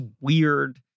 weird